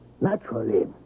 Naturally